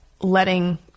letting